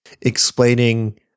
explaining-